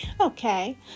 Okay